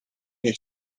nie